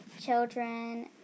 children